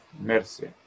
mercy